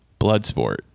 Bloodsport